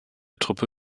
truppe